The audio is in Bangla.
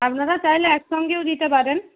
আপনারা চাইলে একসঙ্গেও দিতে পারেন